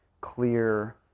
clear